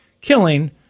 killing